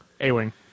A-Wing